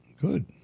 Good